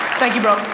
thank you, bro.